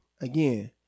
again